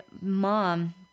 mom